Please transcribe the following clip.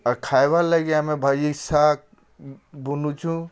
ଆର୍ ଖାଏବାର୍ ଲାଗି ଆମେ ଭାଜି ଶାଗ୍ ବୁନୁଛୁଁ